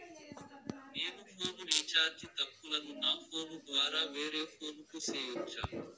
నేను phone recharge తప్పులను నా ఫోను ద్వారా వేరే ఫోను కు సేయొచ్చా?